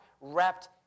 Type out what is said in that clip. wrapped